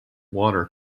water